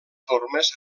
formes